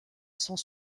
sent